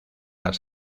las